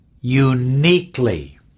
uniquely